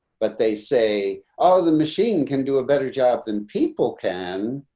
but they say all the machine can do a better job than people can